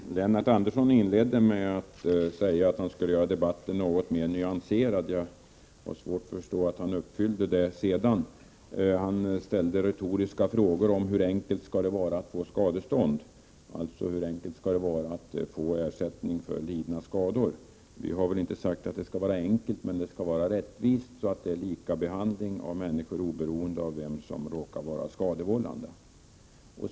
Herr talman! Lennart Andersson inledde med att säga att han skulle göra debatten något mer nyanserad. Jag har svårt att se att han uppfyllde det löftet. Han frågade retoriskt: Hur enkelt skall det vara att få skadestånd, dvs. ersättning för lidna skador? Vi har väl inte sagt att det skall vara enkelt, men det bör vara rättvist, så att det blir lika behandling av människor oberoende av vem som råkar vara skadelidande.